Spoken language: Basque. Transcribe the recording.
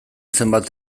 zenbait